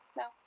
no